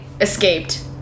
escaped